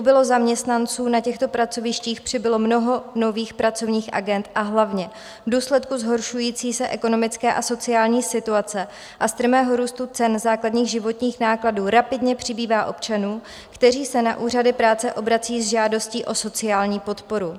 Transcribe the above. Ubylo zaměstnanců na těchto pracovištích, přibylo mnoho nových pracovních agend, a hlavně v důsledku zhoršující se ekonomické a sociální situace a strmého růstu cen základních životních nákladů rapidně přibývá občanů, kteří se na úřady práce obrací s žádostí o sociální podporu.